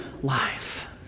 life